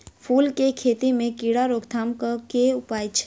फूल केँ खेती मे कीड़ा रोकथाम केँ की उपाय छै?